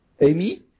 Amy